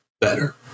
Better